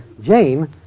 Jane